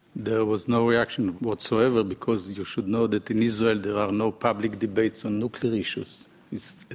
there was no reaction whatsoever, because you should know that in israel there are no public debates on nuclear issues it's